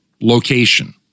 location